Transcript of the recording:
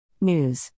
News